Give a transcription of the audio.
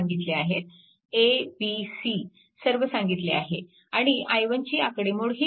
a b c सर्व सांगितले आहे आणि i1 ची आकडेमोड ही दिलेली आहे